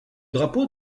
drapeau